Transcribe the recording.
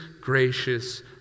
gracious